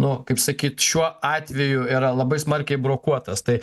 nu kaip sakyt šiuo atveju yra labai smarkiai brokuotas tai